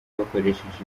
bakoresheje